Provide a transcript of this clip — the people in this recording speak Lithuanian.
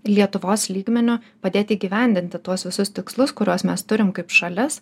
lietuvos lygmeniu padėti įgyvendinti tuos visus tikslus kuriuos mes turim kaip šalis